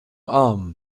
arm